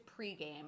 pregame